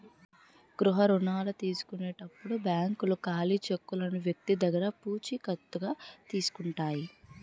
గృహ రుణాల తీసుకునేటప్పుడు బ్యాంకులు ఖాళీ చెక్కులను వ్యక్తి దగ్గర పూచికత్తుగా తీసుకుంటాయి